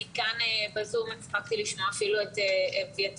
אני כאן בזום ואפילו הספקתי לשמוע את אביתר,